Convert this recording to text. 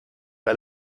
pas